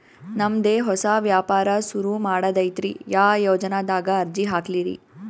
ನಮ್ ದೆ ಹೊಸಾ ವ್ಯಾಪಾರ ಸುರು ಮಾಡದೈತ್ರಿ, ಯಾ ಯೊಜನಾದಾಗ ಅರ್ಜಿ ಹಾಕ್ಲಿ ರಿ?